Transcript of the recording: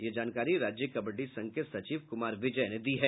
यह जानकारी राज्य कबड्डी संघ के सचिव कुमार विजय ने दी है